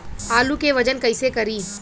आलू के वजन कैसे करी?